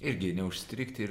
irgi neužstrigti ir